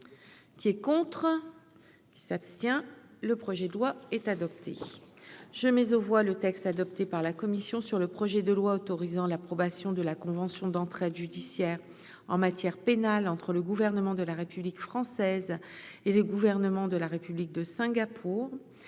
qui est contre qui s'abstient le projet de loi est adopté, je mise aux voix le texte adopté par la commission sur le projet de loi autorisant l'approbation de la convention d'entraide judiciaire en matière pénale entre le gouvernement de la République française et le gouvernement de la République de Singapour,